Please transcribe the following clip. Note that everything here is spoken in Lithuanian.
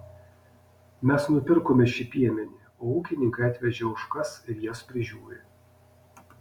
mes nupirkome šį piemenį o ūkininkai atvežė ožkas ir jas prižiūri